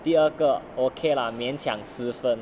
第二个 okay lah 勉强十分